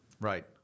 Right